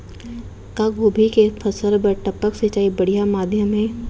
का गोभी के फसल बर टपक सिंचाई बढ़िया माधयम हे?